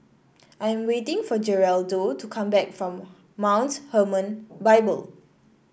I am waiting for Geraldo to come back from Mount Hermon Bible